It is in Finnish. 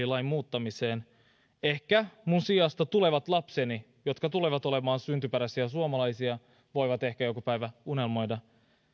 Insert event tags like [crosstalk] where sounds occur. [unintelligible] lain muuttamiseen kykene ehkä minun sijastani tulevat lapseni jotka tulevat olemaan syntyperäisiä suomalaisia voivat ehkä joku päivä unelmoida